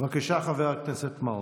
בבקשה, חבר הכנסת מעוז.